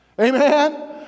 Amen